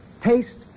Taste